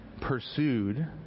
pursued